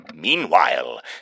Meanwhile